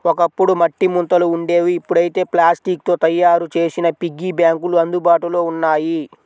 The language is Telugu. ఒకప్పుడు మట్టి ముంతలు ఉండేవి ఇప్పుడైతే ప్లాస్టిక్ తో తయ్యారు చేసిన పిగ్గీ బ్యాంకులు అందుబాటులో ఉన్నాయి